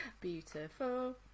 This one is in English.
beautiful